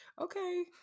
Okay